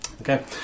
Okay